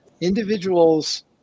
individuals